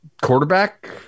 Quarterback